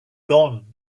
gone